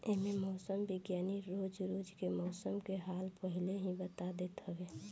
एमे मौसम विज्ञानी रोज रोज के मौसम के हाल पहिले ही बता देत हवे